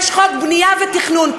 יש חוק בנייה ותכנון,